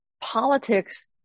politics